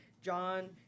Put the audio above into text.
john